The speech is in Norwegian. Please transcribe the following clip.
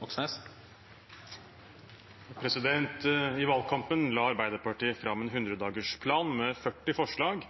Moxnes til statsministeren, er overført til arbeids- og inkluderingsministeren. «I valgkampen la Arbeiderpartiet fram en 100-dagersplan med 40 forslag